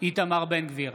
איתמר בן גביר,